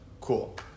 Cool